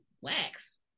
Wax